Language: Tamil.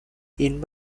இன்ப